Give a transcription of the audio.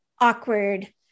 awkward